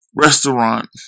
restaurant